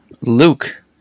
Luke